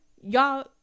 Y'all